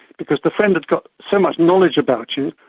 because the friend had got so much knowledge about you,